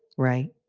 right.